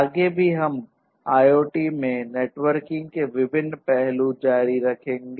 आगे भी हम IoT में नेटवर्किंग के विभिन्न पहलू जारी रखेंगे